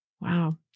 Wow